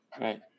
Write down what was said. Right